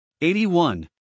81